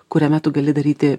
kuriame tu gali daryti